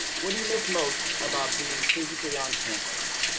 what do you miss most about being physically on campus.